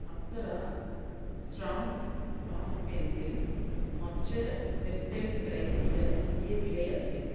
Apsara strong dark pencil மற்ற வெப்சைட்களை விட இங்கே விலை அதிகம்